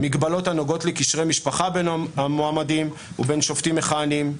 מגבלות הנוגעות לקשרי משפחה בין המועמדים ובין שופטים מכהנים,